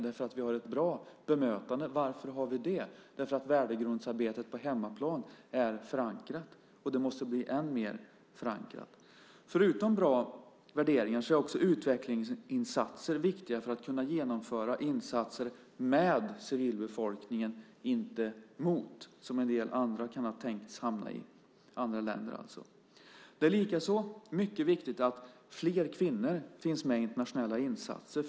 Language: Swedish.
Därför att vi har ett bra bemötande. Varför har vi det? Därför att värdegrundsarbetet på hemmaplan är förankrat, och måste bli ännu mer förankrat. Förutom bra värderingar är utvecklingsinsatser viktiga för att kunna genomföra insatser med civilbefolkningen och inte mot, som en del andra länder kan tänkas göra. Det är likaså mycket viktigt att fler kvinnor finns med i internationella insatser.